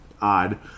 odd